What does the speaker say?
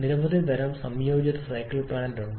നിരവധി തരം സംയോജിത സൈക്കിൾ പ്ലാന്റ് ഉണ്ട്